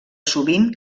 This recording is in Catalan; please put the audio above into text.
sovint